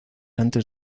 antes